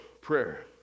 prayer